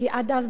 כי עד אז,